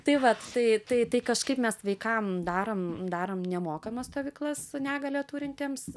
tai vat tai tai tai kažkaip mes vaikam darom darom nemokamas stovyklas negalią turintiems